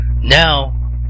Now